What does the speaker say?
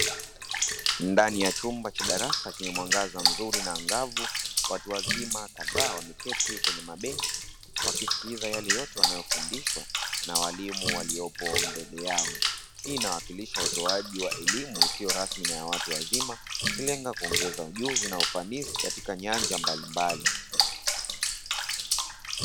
Ndani ya chumba cha darasa chenye mwangaza mzuri na angavu watu wazima kadhaa wameketi kwenye mabenchi wakisikiliza yale yote wanayofundishwa na walimu waliopo mbele yao ,hii inawakilisha utoaji wa elimu isiyo rasmi na ya watu wazima ikilenga kuongeza ujuzi na ufanisi katika nyanja mbalimbali.